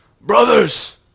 brothers